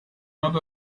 not